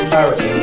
Paris